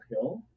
Hill